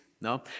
No